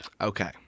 Okay